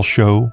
Show